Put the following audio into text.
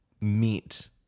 meet